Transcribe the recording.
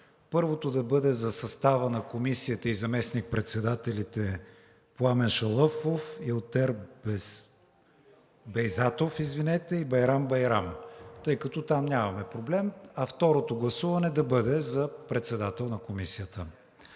Първото да бъде за състава на Комисията и заместник-председателите Пламен Шалъфов, Илтер Бейзатов и Байрам Байрам, тъй като там нямаме проблем, а второто гласуване да бъде за председател на Комисията.